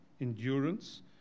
endurance